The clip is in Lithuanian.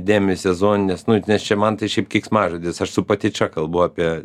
demisezonines nu nes čia man tai kaip keiksmažodis ar su patyčia kalbu apie